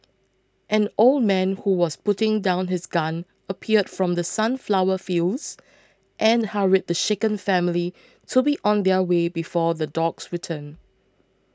an old man who was putting down his gun appeared from the sunflower fields and hurried the shaken family to be on their way before the dogs return